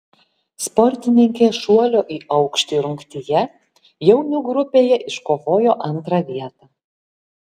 sportininkė šuolio į aukštį rungtyje jaunių grupėje iškovojo antrą vietą